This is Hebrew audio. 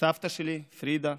סבתא שלי פרידה,